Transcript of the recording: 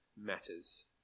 matters